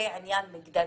זה עניין מגדרי.